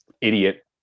idiot